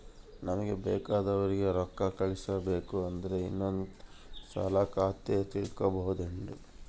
ನಮಗೆ ಬೇಕೆಂದೋರಿಗೆ ರೋಕ್ಕಾ ಕಳಿಸಬೇಕು ಅಂದ್ರೆ ಇನ್ನೊಂದ್ಸಲ ಖಾತೆ ತಿಗಿಬಹ್ದ್ನೋಡು